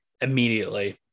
immediately